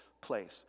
place